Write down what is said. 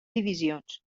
divisions